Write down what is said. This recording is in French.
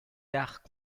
d’art